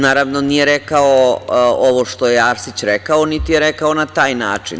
Naravno, nije rekao ovo što je Arsić rekao, niti je rekao na taj način.